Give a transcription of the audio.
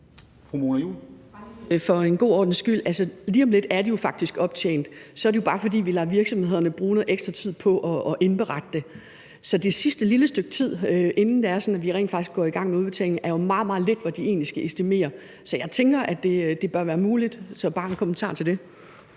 For god ordens skyld: Lige om lidt er de jo faktisk optjent. Så er det jo bare, fordi vi lader virksomhederne bruge noget ekstra tid på at indberette det. Så det sidste lille stykke tid, inden det er sådan, at vi rent faktisk går i gang med udbetalingen, er der jo tale om meget, meget lidt, de skal estimere. Så jeg tænker, at det bør være muligt. Så det vil jeg